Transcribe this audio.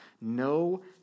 no